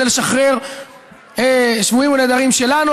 כדי לשחרר שבויים או נעדרים שלנו.